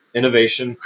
Innovation